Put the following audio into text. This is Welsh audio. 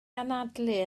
anadlu